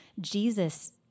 Jesus